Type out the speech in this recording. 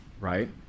right